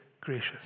gracious